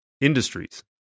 industries